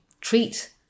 treat